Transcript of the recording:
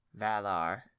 Valar